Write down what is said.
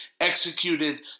executed